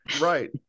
Right